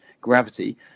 gravity